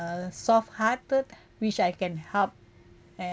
a soft hearted which I can help